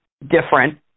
different